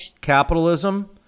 capitalism